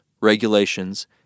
regulations